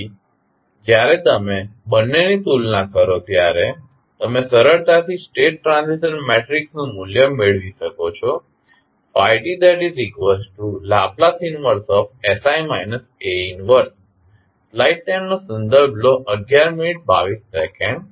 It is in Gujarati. તેથી જ્યારે તમે બંનેની તુલના કરો ત્યારે તમે સરળતાથી સ્ટેટ ટ્રાન્ઝિશન મેટ્રિક્સનું મૂલ્ય મેળવી શકો છો tL 1sI A 1